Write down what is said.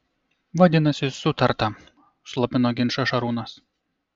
vadinasi sutarta slopino ginčą šarūnas